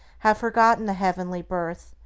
have forgotten the heavenly birth,